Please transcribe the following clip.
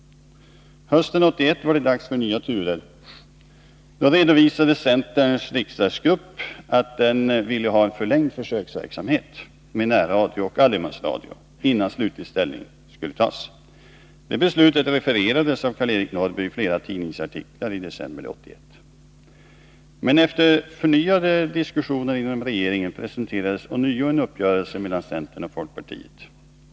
Hösten 1981 var det dags för nya turer. Då redovisade centerns riksdagsgrupp att den ville ha en förlängd försöksverksamhet med närradio och allemansradio innan slutlig ställning skulle tas. Detta beslut refererades av Karl-Eric Norrby i flera tidningsartiklar i december 1981. Men efter förnyade diskussioner inom regeringen presenterades ånyo en uppgörelse mellan centern och folkpartiet.